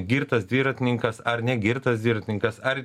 girtas dviratininkas ar negirtas dviratininkas ar